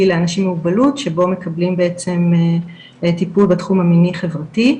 לאנשים עם מוגבלות שבו מקבלים בעצם טיפול בתחום המיני-חברתי.